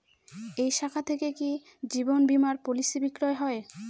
এই শাখা থেকে কি জীবন বীমার পলিসি বিক্রয় হয়?